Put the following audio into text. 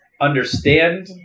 understand